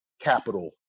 capital